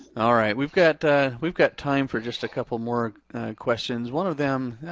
all right we've got we've got time for just a couple more questions. one of them,